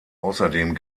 außerdem